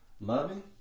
Loving